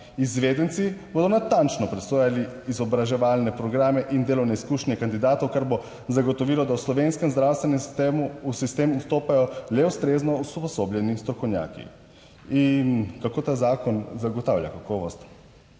Izvedenci bodo natančno presojali izobraževalne programe in delovne izkušnje kandidatov, kar bo zagotovilo, da v slovenskem zdravstvenem sistemu v sistem vstopajo le ustrezno usposobljeni strokovnjaki. In kako ta zakon zagotavlja kakovost?